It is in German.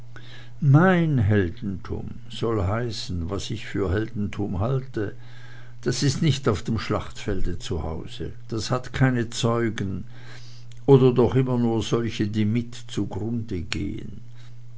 mein heldentum soll heißen was ich für heldentum halte das ist nicht auf dem schlachtfelde zu hause das hat keine zeugen oder doch immer nur solche die mit zugrunde gehn